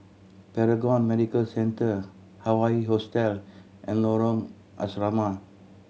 Paragon Medical Centre Hawaii Hostel and Lorong Asrama